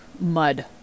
mud